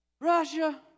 Russia